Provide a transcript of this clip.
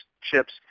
chips